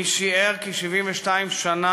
מי שיער כי 72 שנה